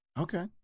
okay